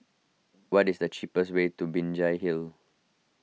what is the cheapest way to Binjai Hill